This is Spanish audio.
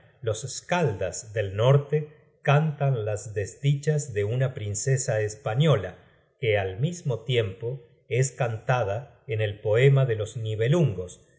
los skaldas del norte cantan las desdichas de una princesa española que al mismo tiempo es cantada en el poema de los